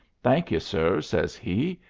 thank you, sir, says he.